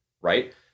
right